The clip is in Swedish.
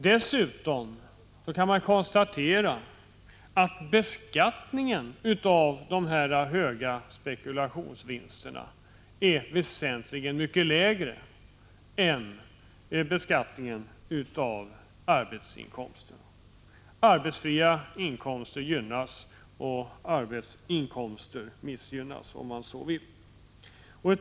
Dessutom kan man konstatera att beskattningen av de höga spekulationsvinsterna är väsentligt mycket lägre än beskattningen av arbetsinkomster. Arbetsfria inkomster gynnas och arbetsinkomster missgynnas, om man så vill.